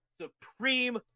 supreme